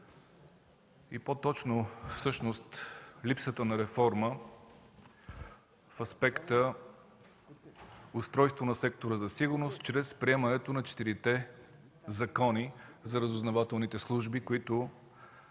и по-точно всъщност липсата на реформа в аспекта – устройство на Сектора за сигурност, чрез приемането на четирите закона за разузнавателните служби, които